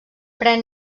pren